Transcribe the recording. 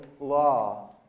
law